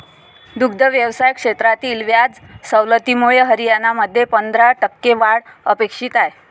दुग्ध व्यवसाय क्षेत्रातील व्याज सवलतीमुळे हरियाणामध्ये पंधरा टक्के वाढ अपेक्षित आहे